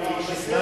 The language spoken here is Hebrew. במסגרת ההסכם,